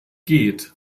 geht